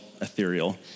ethereal